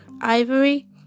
ivory